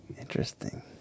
Interesting